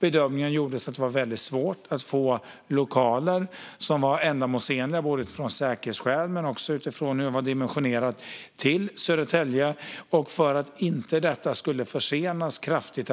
Bedömningen gjordes att det var väldigt svårt att få lokaler som var ändamålsenliga utifrån både säkerhetsskäl och dimensionering i Södertälje. För att etableringen av Utbetalningsmyndigheten inte skulle försenas kraftigt